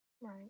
right